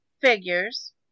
figures